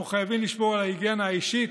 אנחנו חייבים לשמור על ההיגיינה האישית,